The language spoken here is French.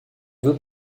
veut